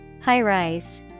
High-rise